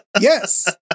Yes